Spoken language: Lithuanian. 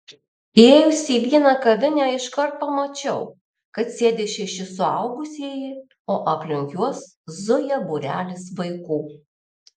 įėjus į vieną kavinę iškart pamačiau kad sėdi šeši suaugusieji o aplink juos zuja būrelis vaikų